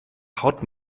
haut